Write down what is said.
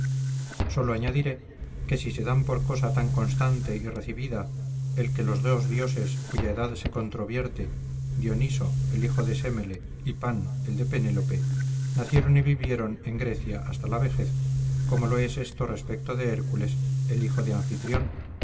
sólo añadiré que si se da por cosa tan constante y recibida el que los dos dioses cuya edad se controvierte dioniso el hijo de semele y pan el de penélope nacieron y vivieron en grecia hasta la vejez como lo es esto respecto de hércules el hijo de anfitrión